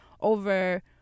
over